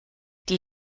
die